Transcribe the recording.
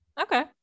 Okay